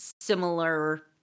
similar